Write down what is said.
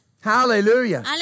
Hallelujah